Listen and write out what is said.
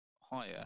higher